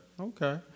Okay